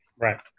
Right